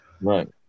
Right